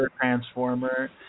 Transformer